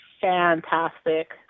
fantastic